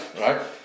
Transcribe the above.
right